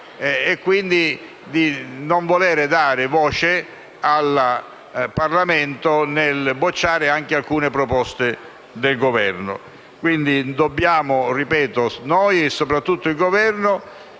e, quindi, di non voler dare voce al Parlamento nel bocciare anche alcune proposte del Governo. Quindi, ripeto, noi e soprattutto il Governo